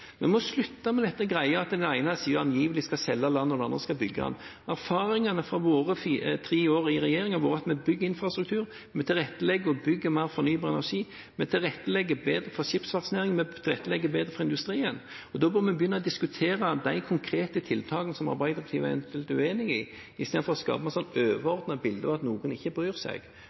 slutte med den greia at den ene siden angivelig skal selge landet, og den andre skal bygge det. Erfaringene fra våre tre år i regjering har vært at vi bygger infrastruktur, vi tilrettelegger for og bygger mer fornybar energi, vi tilrettelegger bedre for skipsfartsnæringen, og vi tilrettelegger bedre for industrien. Da må vi begynne å diskutere de konkrete tiltakene som Arbeiderpartiet eventuelt er uenig i, istedenfor å skape et overordnet bilde av at noen ikke bryr seg,